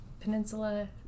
peninsula